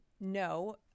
no